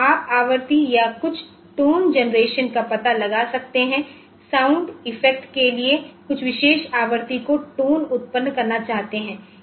तो आप आवृत्ति या कुछ टोन जेनरेशन का पता लगा सकते हैं साउंड इफेक्ट के लिए कुछ विशेष आवृत्ति पर टोन उत्पन्न करना चाहते हैं